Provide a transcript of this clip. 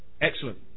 Excellent